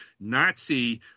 Nazi